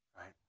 Right